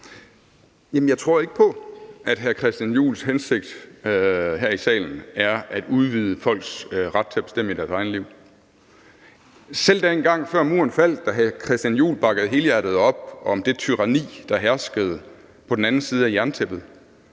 Jeg tror ikke på, at hr. Christian Juhls hensigt her i salen er at udvide folks ret til at bestemme i deres eget liv. Selv dengang, før muren faldt, havde Christian Juhl bakket helhjertet op om det tyranni, der herskede på den anden side af jerntæppet.